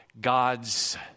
God's